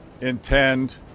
intend